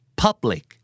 public